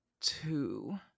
two